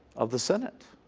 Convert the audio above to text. of the senate.